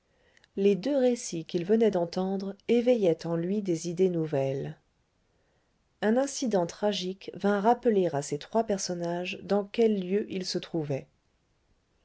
les deux récits qu'il venait d'entendre éveillaient en lui des idées nouvelles un incident tragique vint rappeler à ces trois personnages dans quel lieu ils se trouvaient